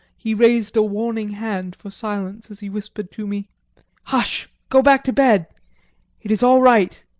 he raised a warning hand for silence as he whispered to me hush! go back to bed it is all right.